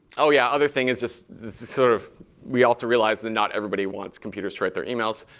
oh, yeah, another thing is just sort of we also realize that not everybody wants computers to write their emails,